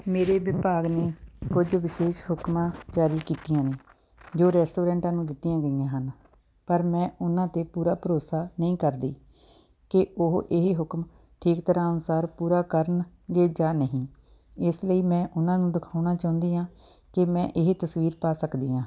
ਮੇਰੇ ਵਿਭਾਗ ਨੇ ਕੁਝ ਵਿਸ਼ੇਸ਼ ਹੁਕਮਾਂ ਜਾਰੀ ਕੀਤੀਆਂ ਨੇ ਜੋ ਰੈਸਟੋਰੈਂਟਾਂ ਨੂੰ ਦਿੱਤੀਆਂ ਗਈਆਂ ਹਨ ਪਰ ਮੈਂ ਉਹਨਾਂ 'ਤੇ ਪੂਰਾ ਭਰੋਸਾ ਨਹੀਂ ਕਰਦੀ ਕਿ ਉਹ ਇਹ ਹੁਕਮ ਠੀਕ ਤਰ੍ਹਾਂ ਅਨੁਸਾਰ ਪੂਰਾ ਕਰਨਗੇ ਜਾਂ ਨਹੀਂ ਇਸ ਲਈ ਮੈਂ ਉਹਨਾਂ ਨੂੰ ਦਿਖਾਉਣਾ ਚਾਹੁੰਦੀ ਹਾਂ ਕਿ ਮੈਂ ਇਹ ਤਸਵੀਰ ਪਾ ਸਕਦੀ ਹਾਂ